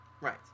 right